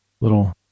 little